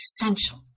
essential